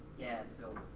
yeah, so,